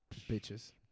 Bitches